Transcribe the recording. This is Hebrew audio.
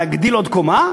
להגדיל בעוד קומה,